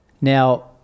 Now